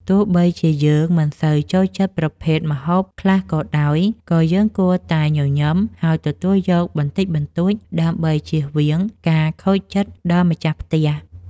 ទោះបីជាយើងមិនសូវចូលចិត្តប្រភេទម្ហូបខ្លះក៏ដោយ ក៏យើងគួរតែញញឹមហើយទទួលយកបន្តិចបន្តួចដើម្បីជៀសវាងការខូចចិត្តដល់ម្ចាស់ផ្ទះ។